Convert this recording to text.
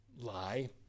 lie